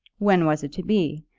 when was it to be?